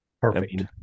Perfect